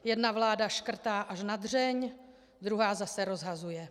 Jedna vláda škrtá až na dřeň, druhá zase rozhazuje.